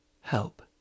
Help